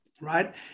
Right